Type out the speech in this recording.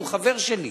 הוא חבר שלי.